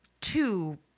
two